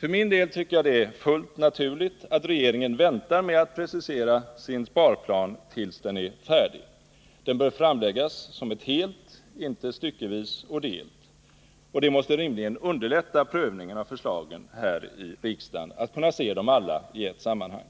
För min del tycker jag det är fullt naturligt att regeringen väntar med att presentera sin sparplan tills den är färdig. Den bör framläggas såsom ett helt, inte styckevis och delt. Det måste rimligen underlätta prövningen av förslagen här i riksdagen att kunna se dem alla i ett sammanhang.